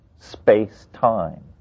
space-time